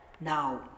Now